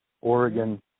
Oregon